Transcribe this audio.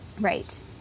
Right